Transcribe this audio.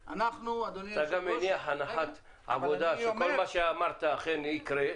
-- אתה גם מניח הנחת עבודה שכל מה שאמרת אכן יקרה,